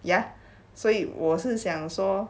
ya 所以我是想说